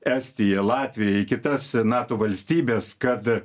estija latvija į kitas nato valstybes kad